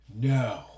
No